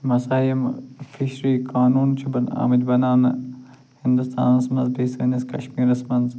یِم ہسا یِم فِشری قانون چھِ آمٕتۍ بناونہٕ ہنٛدوستانَس منٛز بیٚیہِ سٲنِس کشمیٖرَس منٛز